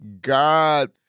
God